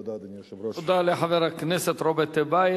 תודה, אדוני היושב-ראש.